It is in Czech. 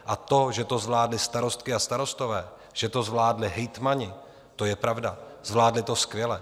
A to, že to zvládly starostky a starostové, že to zvládli hejtmani, to je pravda, zvládli to skvěle.